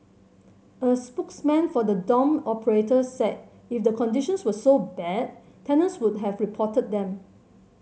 a spokesman for the dorm operator said if the conditions were so bad tenants would have reported them